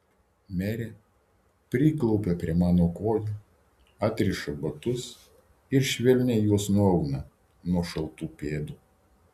merė priklaupia prie mano kojų atriša batus ir švelniai juos nuauna nuo šaltų pėdų